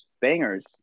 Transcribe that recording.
bangers